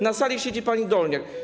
Na sali siedzi pani Dolniak.